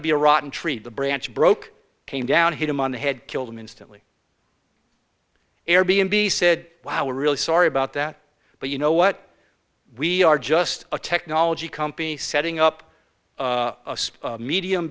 to be a rotten tree the branch broke came down hit him on the head killed him instantly air b n b said wow we're really sorry about that but you know what we are just a technology company setting up a medium